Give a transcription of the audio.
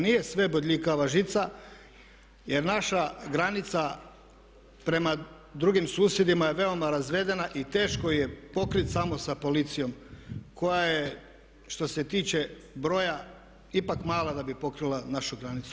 Nije sve bodljikava žica jer naša granica prema drugim susjedima je veoma razvedena i teško je pokriti samo sa policijom koja je što se tiče broja ipak mala da bi pokrila našu granicu.